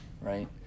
right